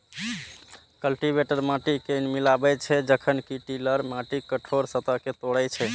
cultivator माटि कें मिलाबै छै, जखन कि टिलर माटिक कठोर सतह कें तोड़ै छै